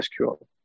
SQL